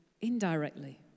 indirectly